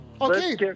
Okay